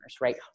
right